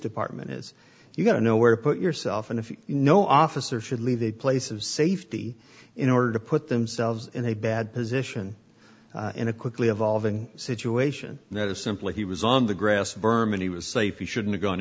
department is you've got to know where to put yourself and if you know officer should leave a place of safety in order to put themselves in a bad position in a quickly evolving situation that is simply he was on the grass vermin he was safe he shouldn't